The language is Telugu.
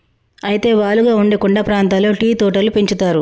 అయితే వాలుగా ఉండే కొండ ప్రాంతాల్లో టీ తోటలు పెంచుతారు